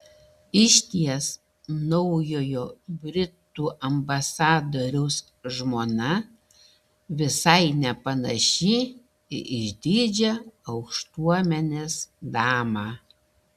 išties naujojo britų ambasadoriaus žmona visai nepanaši į išdidžią aukštuomenės damą